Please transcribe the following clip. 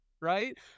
right